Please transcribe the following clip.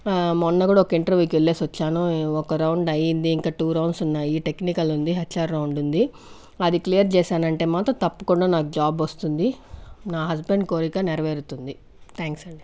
మొన్నకూడా ఒక ఇంటర్వ్యూ కి వెల్లేసి వచ్చాను ఒక రౌండ్ అయ్యింది ఇంకా టు రౌండ్స్ ఉన్నాయి టెక్నికల్ ఉంది హెచ్ఆర్ రౌండ్ ఉంది అది క్లియర్ చేసానంటే మాత్రం తప్పకుండా నాకు జాబ్ వస్తుంది నా హస్బెండ్ కోరిక నెరవేరుతుంది థ్యాంక్స్ అండి